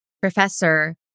professor